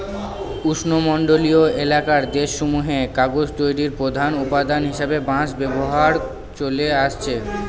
উষ্ণমন্ডলীয় এলাকার দেশসমূহে কাগজ তৈরির প্রধান উপাদান হিসাবে বাঁশ ব্যবহার চলে আসছে